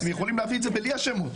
אתם יכולים להביא את זה בלי השמות.